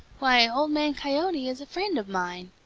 why, old man coyote is a friend of mine.